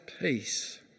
peace